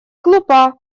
глупа